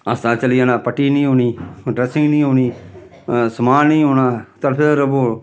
अस्पताल चली जाना पट्टी निं होनी ड्रैसिंग निं होनी समान निं होना तड़फदे रवो